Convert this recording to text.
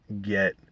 get